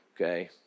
okay